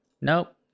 Nope